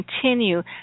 continue